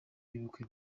y’ubukwe